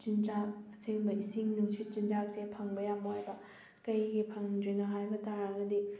ꯆꯤꯟꯖꯥꯛ ꯑꯁꯦꯡꯕ ꯏꯁꯤꯡ ꯅꯨꯡꯁꯤꯠ ꯆꯤꯟꯖꯥꯛꯁꯦ ꯐꯪꯕ ꯌꯥꯝ ꯋꯥꯏꯌꯦꯕ ꯀꯩꯒꯤ ꯐꯪꯗ꯭ꯔꯤꯅꯣ ꯍꯥꯏꯕ ꯇꯥꯔꯒꯗꯤ